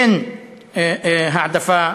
אין העדפה